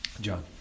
John